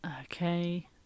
Okay